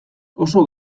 oso